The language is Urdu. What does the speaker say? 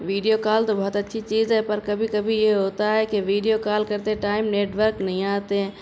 ویڈیو کال تو بہت اچھی چیز ہے پر کبھی کبھی یہ ہوتا ہے کہ ویڈیو کال کرتے ٹائم نیٹورک نہیں آتے